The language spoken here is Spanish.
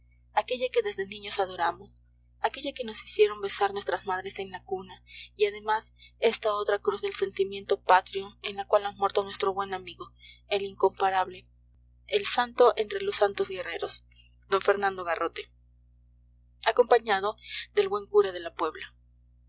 aquella que desde niños adoramos aquella que nos hicieron besar nuestras madres en la cuna y además esta otra cruz del sentimiento patrio en la cual ha muerto nuestro buen amigo el incomparable el santo entre los santos guerreros d fernando garrote acompañado del buen cura de la puebla